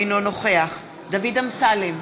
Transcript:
אינו נוכח דוד אמסלם,